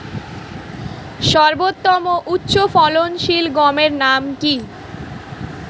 সর্বোত্তম ও উচ্চ ফলনশীল গমের নাম কি?